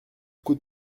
coup